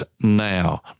now